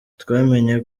twamenye